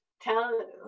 tell